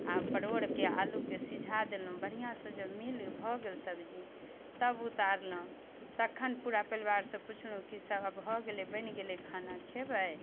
आओर परोड़के आलूके सिझा देलहुँ बढ़िआँसँ जौ मिल भऽ गेल सब्जी तब उतारलहुँ तखन पूरा परिवारसँ पुछलहुँ कि सब आबऽ बनि गेलै खाना खेबै